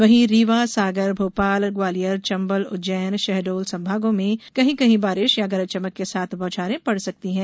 वहीं रीवा सागर भोपाल ग्वालियर चंबल उज्जैन शहडोल संभागों में कहीं कहीं बारिश या गरज चमक के साथ बौछारें पड़ सकती हैं